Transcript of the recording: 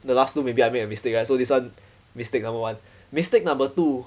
the last two maybe I made a mistake right so this one mistake number one mistake number two